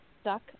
stuck